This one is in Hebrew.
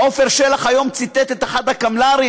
עופר שלח היום ציטט את אחד הקמל"רים,